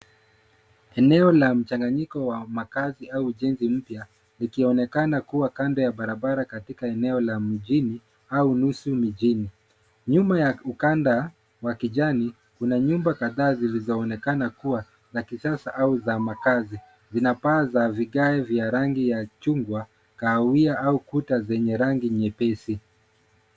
Eneo la mchanganyiko wa makazi au ujenzi mpya likionekana kuwa kando ya barabara katika eneo la mjini, au nusu mijini, nyuma ya ukanda wa kijani, kuna nyumba kadhaa zilizoonekana kuwa za kisasa au za makazi, zina paa za vikae vya rangi ya chungwa, kahawia au kuta zenye rangi nyepesi.